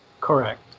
Correct